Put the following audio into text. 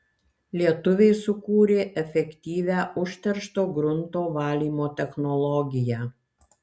lietuviai sukūrė efektyvią užteršto grunto valymo technologiją